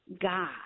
God